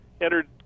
Entered